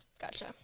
Gotcha